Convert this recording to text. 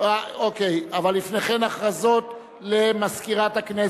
אין נמנעים.